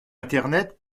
internet